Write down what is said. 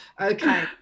okay